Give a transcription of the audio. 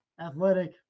athletic